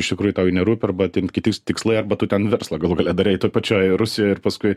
iš tikrųjų tau ji nerūpi arba tin kiti tikslai arba tu ten verslą galų gale darei toj pačioj rusijoj ir paskui